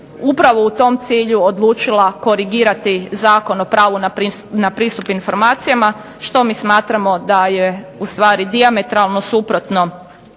upravo u tom cilju odlučila korigirati Zakon o pravu na pristup informacijama što mi smatramo da je u stvari dijametralno suprotno